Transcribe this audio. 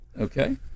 Okay